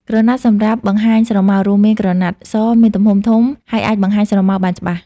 ក្រណាត់សម្រាប់បង្ហាញស្រមោល រួមមាន ក្រណាត់ស មានទំហំធំហើយអាចបង្ហាញស្រមោលបានច្បាស់។